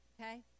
okay